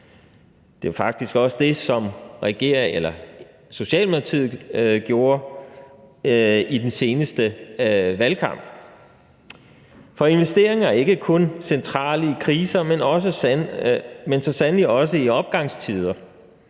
Det var faktisk også det, som Socialdemokratiet gjorde i den seneste valgkamp. For investeringer er ikke kun centrale i kriser, men så sandelig også i opgangstider.